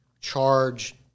charge